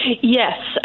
Yes